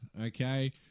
Okay